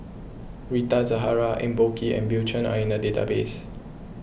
Rita Zahara Eng Boh Kee and Bill Chen are in the database